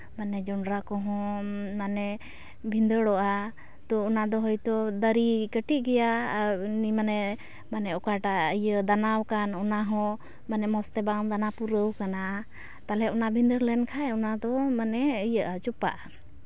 ᱢᱟᱱᱮ ᱡᱚᱸᱰᱨᱟ ᱠᱚᱦᱚᱸ ᱢᱟᱱᱮ ᱵᱷᱤᱸᱫᱟᱹᱲᱚᱜᱼᱟ ᱛᱚ ᱚᱱᱟᱫᱚ ᱦᱳᱭᱛᱳ ᱫᱟᱨᱮ ᱠᱟᱹᱴᱤᱡ ᱜᱮᱭᱟ ᱟᱨ ᱢᱟᱱᱮ ᱢᱟᱱᱮ ᱚᱠᱟᱴᱟᱜ ᱫᱟᱱᱟ ᱟᱠᱟᱱ ᱚᱱᱟᱦᱚᱸ ᱢᱟᱱᱮ ᱢᱚᱡᱽ ᱛᱮ ᱵᱟᱝ ᱫᱟᱱᱟ ᱯᱩᱨᱟᱹᱣ ᱟᱠᱟᱱᱟ ᱛᱟᱦᱚᱞᱮ ᱚᱱᱟ ᱵᱷᱤᱸᱫᱟᱹᱲ ᱞᱮᱱᱠᱷᱟᱡ ᱚᱱᱟᱫᱚ ᱢᱟᱱᱮ ᱤᱭᱟᱹᱜᱼᱟ ᱪᱚᱯᱟᱜᱼᱟ